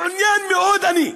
מעוניין מאוד אני.